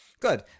Good